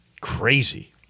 crazy